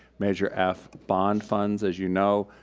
measure f bond funds. as you know,